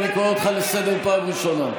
אני קורא אותך לסדר פעם ראשונה.